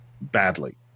badly